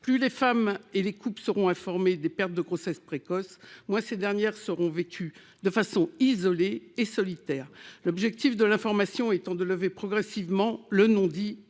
Plus les femmes et les couples seront informés des pertes de grossesse précoces, moins ces pertes seront vécues de façon isolée et solitaire ; l'objectif de l'information est de lever progressivement le non-dit et